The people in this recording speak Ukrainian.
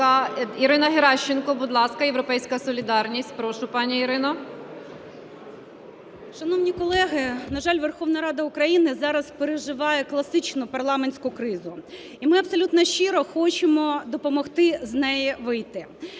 Ірина Геращенко, будь ласка, "Європейська солідарність". Прошу, пані Ірино. 14:58:40 ГЕРАЩЕНКО І.В. Шановні колеги, на жаль, Верховна Рада України зараз переживає класичну парламентську кризу, і ми абсолютно щиро хочемо допомогти з неї вийти.